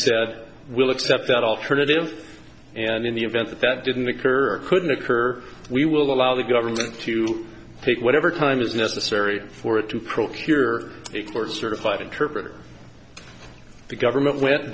said we'll accept that alternative and in the event that that didn't occur couldn't occur we will allow the government to take whatever time is necessary for it to procure explore certified interpreter the government went